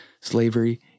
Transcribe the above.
slavery